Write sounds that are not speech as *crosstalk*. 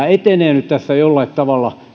*unintelligible* etenee nyt tässä jollain tavalla